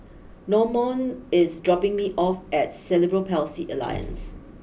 Normand is dropping me off at Cerebral Palsy Alliance